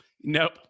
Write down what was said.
Nope